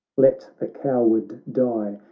let the coward die,